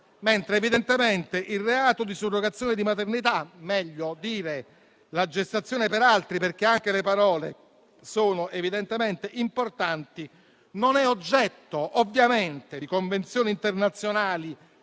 mentre evidentemente il reato di surrogazione di maternità, o meglio la gestazione per altri - anche le parole sono evidentemente importanti - non è oggetto, ovviamente, di convenzioni internazionali